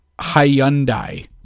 Hyundai